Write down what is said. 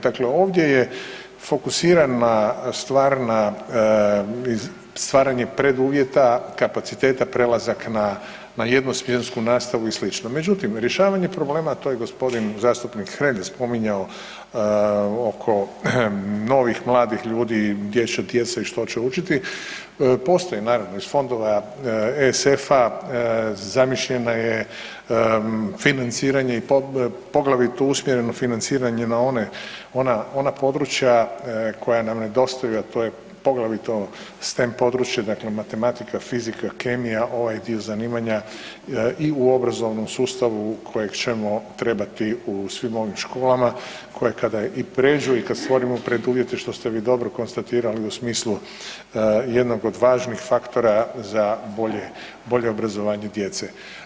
Dakle, ovdje je fokusiranje stvaranje preduvjeta kapaciteta prelazak na jednosmjensku nastavu i sl., međutim rješavanje problema, to je g. zastupnik Hrelja spominjao oko novih mladih ljudi gdje će djeca i što će učiti, postoji naravno iz fondova ESF-a zamišljeno je financiranje i poglavito usmjereno financiranje na ona područja koja nam nedostaju, a to je poglavito STEM područje, dakle matematika, fizika, kemija, ovaj dio zanimanja i u obrazovnom sustavu kojeg ćemo trebati u svim ovim školama koje kada i pređu i kad stvorimo preduvjete što ste vi dobro konstatirali u smislu jednog od važnih faktora za bolje, bolje obrazovanje djece.